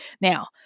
now